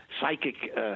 psychic